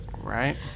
Right